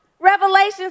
Revelations